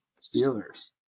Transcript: Steelers